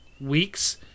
weeks